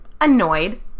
annoyed